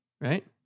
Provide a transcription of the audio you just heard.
Right